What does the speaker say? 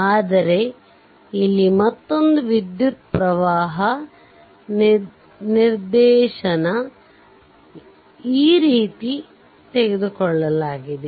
ಆದರೆ ಇಲ್ಲಿ ಮತ್ತೊಂದು ವಿದ್ಯುತ್ ಪ್ರವಾಹ ನಿರ್ದೇಶನ ಈ ರೀತಿ ತೆಗೆದುಕೊಳ್ಳಲಾಗಿದೆ